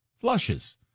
flushes